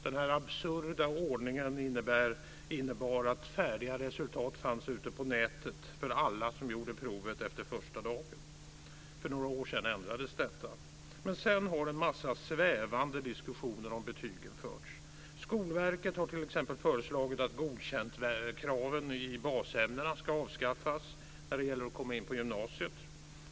Den absurda ordningen innebar att färdiga resultat fanns ute på nätet för alla som gjorde provet efter första dagen. För några år sedan ändrades detta. Sedan har en massa svävande diskussioner om betygen förts. Skolverket har t.ex. föreslagit att godkäntkraven i basämnena ska avskaffas när det gäller att komma in på gymnasiet.